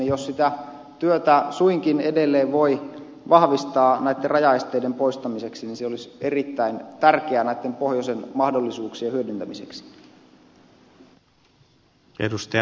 jos sitä työtä suinkin edelleen voi vahvistaa näitten rajaesteiden poistamiseksi niin se olisi erittäin tärkeää näitten pohjoisen mahdollisuuksien hyödyntämiseksi